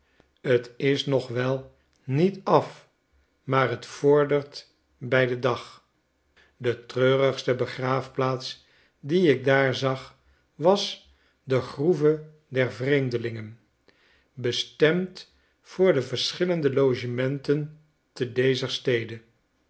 t is nog wel niet af maar t vordert bij den dag de treurigste begraafplaats die ik daar zag was de groeve der yreemdelingen bestemd voor de verschillende logementen te dezer